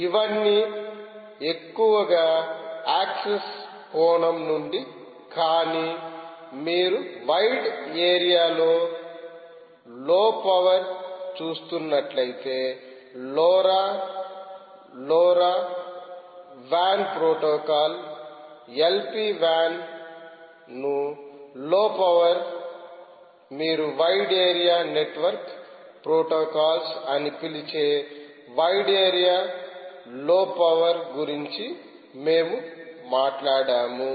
ఇవన్నీ ఎక్కువగా యాక్సెస్ కోణం నుండి కానీ మీరు వైడ్ ఏరియా లోlow పవర్ చూస్తున్నట్లయితే LoRa van protocol L P van ను లో పవర్ మీరు వైడ్ ఏరియా నెట్వర్క్ ప్రోటోకాల్స్ అని పిలిచే వైడ్ ఏరియా లో పవర్ గురించి మేము మాట్లాడాము